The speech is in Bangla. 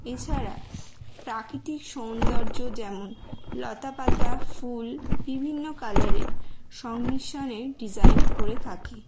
এছাড়া প্রাকৃতিক সৌন্দর্য যেমন লতাপাতা ফুল বিভিন্ন কালারের সংমিশ্রণের ডিজাইন করে থাকি